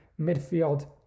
midfield